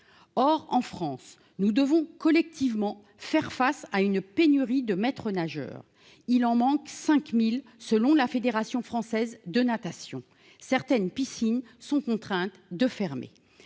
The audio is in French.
Or, en France, nous devons collectivement faire face à une pénurie de maîtres-nageurs ; il en manque 5 000 selon la Fédération française de natation. Certaines piscines sont contraintes de fermer.